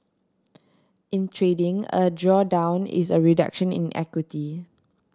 in trading a drawdown is a reduction in equity